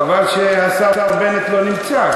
חבל שהשר בנט לא נמצא,